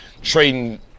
trading